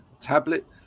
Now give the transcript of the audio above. tablet